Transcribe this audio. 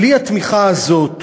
בלי התמיכה הזאת,